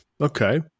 Okay